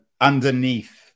underneath